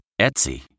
Etsy